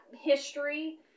history